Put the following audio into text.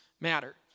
matter